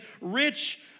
rich